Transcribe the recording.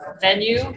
venue